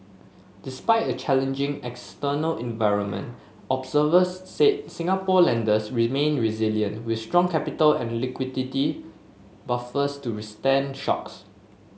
despite a challenging external environment observers said Singapore lenders remain resilient with strong capital and liquidity buffers to withstand shocks